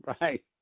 Right